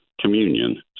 Communion